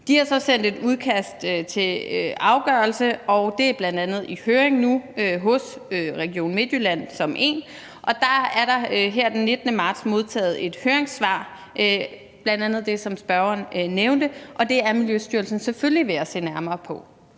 De har så sendt et udkast til afgørelse, og det er bl.a. i høring nu hos Region Midtjylland, og dér er der her den 19. marts modtaget et høringssvar, bl.a. det, som spørgeren nævnte, og det er Miljøstyrelsen selvfølgelig ved at se nærmere på.